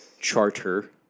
charter